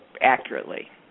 accurately